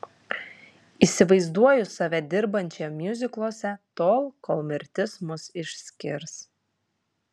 įsivaizduoju save dirbančią miuzikluose tol kol mirtis mus išskirs